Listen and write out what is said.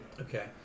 Okay